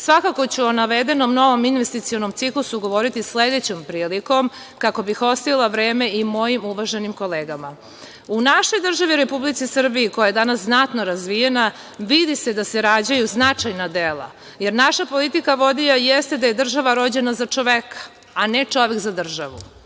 ću o navedenom novom investicionom ciklusu govoriti sledećom prilikom kako bih ostavila vreme i mojim uvaženim kolegama.U našoj državi Republici Srbiji, koja je danas znatno razvijena, vidi se da se rađaju značajna dela, jer naša politika vodilja jeste da je država rođena za čoveka, a ne čovek za državu. Mi